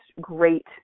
great